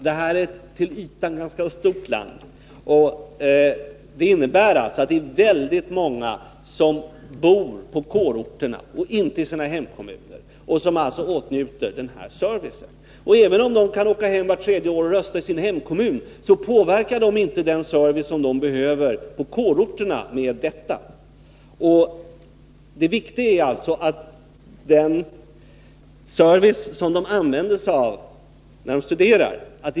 Till ytan är det ett ganska stort land, och det innebär att väldigt många bor på kårorter och inte i sin hemort och alltså åtnjuter kårernas service. Även om de kan åka hem vart tredje år och rösta i sin hemkommun, påverkar de inte den service som de behöver på kårorterna genom detta. Det viktiga är att de kan påverka den service som de använder sig av när de studerar.